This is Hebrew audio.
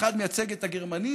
האחד מייצג את הגרמנים,